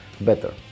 better